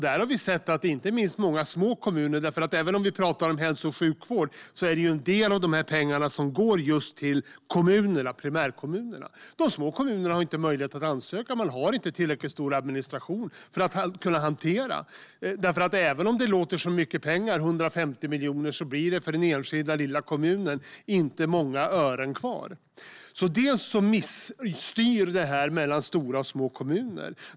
Även om vi pratar om hälso och sjukvård går en del av pengarna till primärkommunerna. De små kommunerna har inte möjlighet att ansöka om medel. De har inte en tillräckligt stor administration för att hantera dessa frågor. Även om 150 miljoner låter som mycket pengar, blir det för den enskilda lilla kommunen inte många ören kvar. Det blir en misstyrning mellan stora och små kommuner.